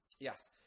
Yes